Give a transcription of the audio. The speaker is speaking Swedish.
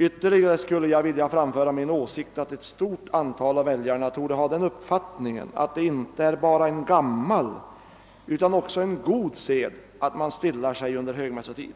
Ytterligare skulle jag vilja framföra som min åsikt att ett stort antal av väljarna torde ha den uppfattningen, att det inte är bara en gammal utan också en god sed att man stillar sig under högmässotid.